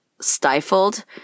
stifled